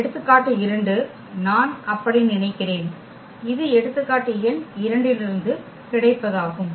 எடுத்துக்காட்டு 2 நான் அப்படி நினைக்கிறேன் இது எடுத்துக்காட்டு எண் 2 இலிருந்து கிடைப்பதாகும்